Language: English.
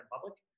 public